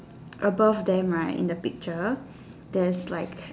above them right in the picture there's like